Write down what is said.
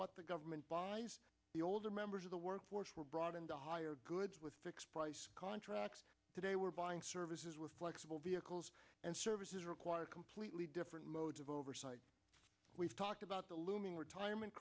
what the government buys the older members of the workforce were brought into higher goods with fixed price contracts today we're buying services we're flexible vehicles and services require completely different modes of oversight we've talked about the looming retirement